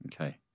Okay